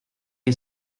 que